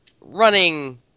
running